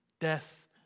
Death